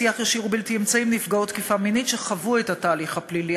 שיח ישיר ובלתי אמצעי עם נפגעות תקיפה מינית שחוו את התהליך הפלילי,